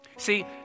See